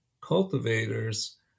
cultivators